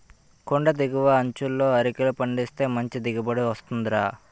కొండి దిగువ అంచులలో అరికలు పండిస్తే మంచి దిగుబడి వస్తుందిరా